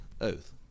oath